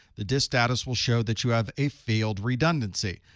the disk status will show that you have a failed redundancy.